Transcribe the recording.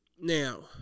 now